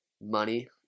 money